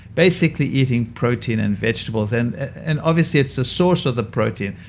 basically eating protein and vegetables. and and obviously, it's the source of the protein.